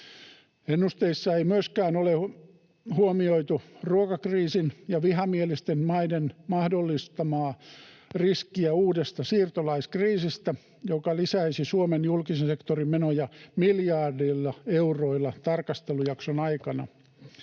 Ennusteissa ei myöskään ole huomioitu ruokakriisin ja vihamielisten maiden mahdollistamaa riskiä uudesta siirtolaiskriisistä, joka lisäisi Suomen julkisen sektorin menoja miljardeilla euroilla tarkastelujakson aikana.